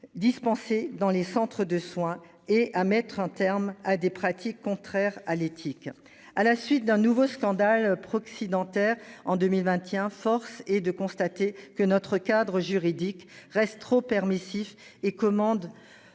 Dispensés dans les centres de soins et à mettre un terme à des pratiques contraires à l'éthique, à la suite d'un nouveau scandale proxy dentaire en 2021. Force est de constater que notre cadre juridique reste trop permissif et commande.